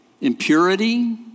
impurity